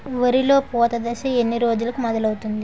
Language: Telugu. వరిలో పూత దశ ఎన్ని రోజులకు మొదలవుతుంది?